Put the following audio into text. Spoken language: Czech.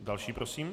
Další prosím.